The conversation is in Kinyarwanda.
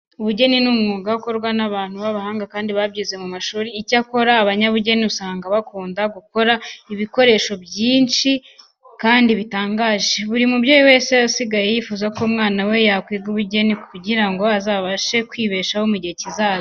Ubugeni ni umwuga ukorwa n'abantu b'abahanga kandi babyize mu mashuri. Icyakora abanyabugeni usanga bakunda gukora ibikoresho byinshi byiza kandi bitangaje. Buri mubyeyi wese asigaye yifuza ko umwana we yakwiga ubugeni kugira ngo azabashe kwibeshaho mu gihe kizaza.